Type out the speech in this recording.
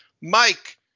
mike